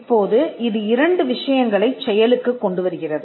இப்போது இது இரண்டு விஷயங்களைச் செயலுக்குக் கொண்டு வருகிறது